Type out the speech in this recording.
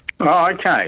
Okay